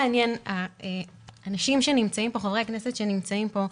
מעניין חברי הכנסת שנמצאים פה.